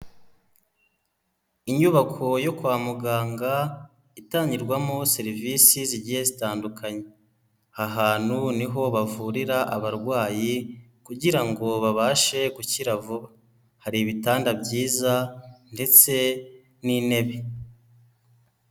Inyubako yo kwa muganga itangirwamo serivise zigiye zitandukanye. Aha hantu ni ho bavurira abarwayi kugira ngo babashe gukira vuba. Hari ibitanda byiza ndetse n'intebe.